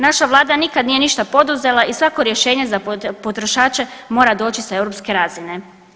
Naša Vlada nikad nije ništa poduzela i svako rješenje za potrošače mora doći sa europske razine.